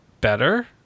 better